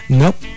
nope